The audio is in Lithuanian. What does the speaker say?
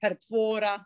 per tvorą